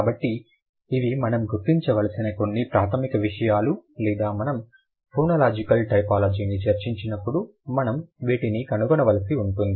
కాబట్టి ఇవి మనం గుర్తించవలసిన కొన్ని ప్రాథమిక విషయాలు లేదా మనం ఫోనోలాజికల్ టైపోలాజీని చర్చించినప్పుడు మనం వీటిని కనుగొనవలసి ఉంటుంది